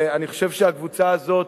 ואני חושב שהקבוצה הזאת,